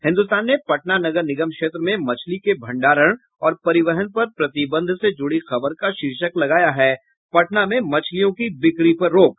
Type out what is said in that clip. हिन्दुस्तान ने पटना नगर निगम क्षेत्र में मछली के भंडारण और परिवहन पर प्रतिबंध से जूड़ी खबर का शीर्षक लगाया है पटना में मछलियों की बिक्री पर रोक